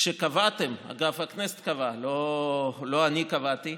כשקבעתם, אגב, הכנסת קבעה, לא אני קבעתי,